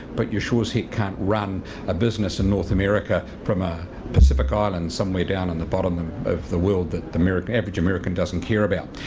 but you sure as heck can't run a business in north america from a pacific island somewhere down in the bottom of the world that the average american doesn't care about.